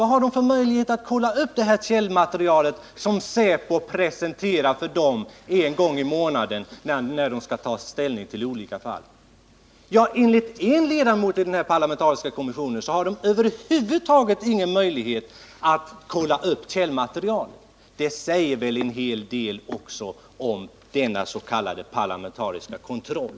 Vilka möjligheter har de att kontrollera det material som säpo presenterar för dem en gång i månaden? Enligt en ledamot i den parlamentariska kommissionen har man där över huvud taget inga möjligheter att kolla upp källmaterial. Det säger väl en hel del om denna s.k. parlamentariska kontroll.